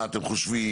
מה אתם חושבים,